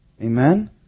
Amen